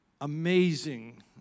amazing